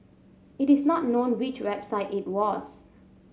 it is not known which website it was